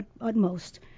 utmost